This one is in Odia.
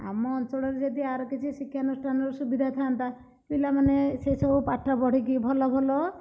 ଆମ ଅଞ୍ଚଳରେ ଯଦି ଆର କିଛି ଶିକ୍ଷାନୁଷ୍ଠାନ ସୁବିଧା ଥାଆନ୍ତା ପିଲାମାନେ ସେ ସବୁ ପାଠ ପଢ଼ିକି ଭଲ ଭଲ